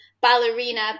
ballerina